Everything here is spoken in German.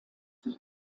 bei